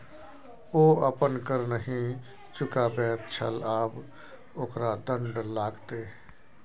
ओ अपन कर नहि चुकाबैत छल आब ओकरा दण्ड लागतै